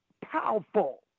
powerful